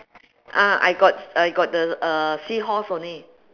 ah I got I got the uh seahorse only